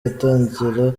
atangira